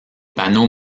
panneaux